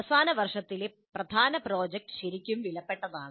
അവസാന വർഷത്തിലെ പ്രധാന പ്രോജക്റ്റ് ശരിക്കും വിലപ്പെട്ടതാണ്